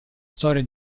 storia